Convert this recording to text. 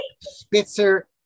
Spitzer